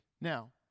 Now